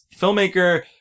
filmmaker